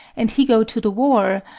and he go to the war,